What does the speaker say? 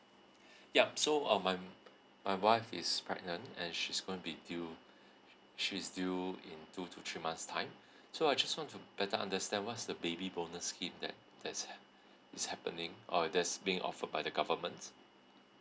yup so um my my wife is pregnant and she's gonna be due she's due in two to three months time so I just want to better understand what's the baby bonus scheme that that's had is happening or that's being offered by the government